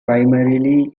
primarily